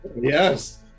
Yes